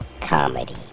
comedy